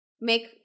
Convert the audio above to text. make